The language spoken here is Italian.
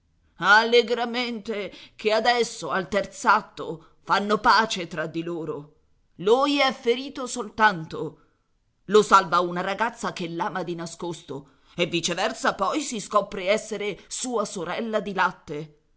allegramente ché adesso al terz'atto fanno pace fra di loro lui è ferito soltanto lo salva una ragazza che l'ama di nascosto e viceversa poi si scopre esser sua sorella di latte